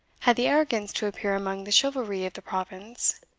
had the arrogance to appear among the chivalry of the province,